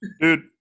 Dude